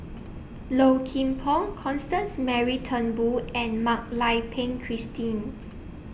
Low Kim Pong Constance Mary Turnbull and Mak Lai Peng Christine